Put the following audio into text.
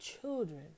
children